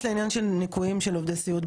אני אגיד שוב,